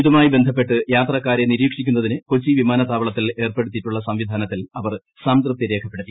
ഇതുമായി ബന്ധപ്പെട്ട് യാത്രക്കാരെ നിരീക്ഷിക്കുന്നതിന് കൊച്ചി വിമാനത്താവളത്തിൽ ഏർപ്പെടുത്തിയിട്ടുള്ള സംവിധാനത്തിൽ അവർ സംതൃപ്തി രേഖപ്പെടുത്തി